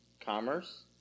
commerce